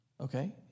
Okay